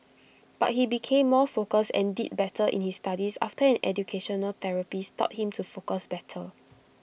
but he became more focused and did better in his studies after an educational therapist taught him to focus better